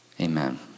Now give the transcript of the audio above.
Amen